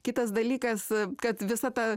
kitas dalykas kad visa ta